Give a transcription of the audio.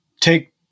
Take